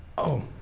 oh.